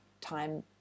time